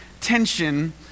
tension